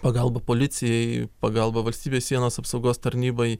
pagalba policijai pagalba valstybės sienos apsaugos tarnybai